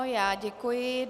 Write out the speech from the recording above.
Já děkuji.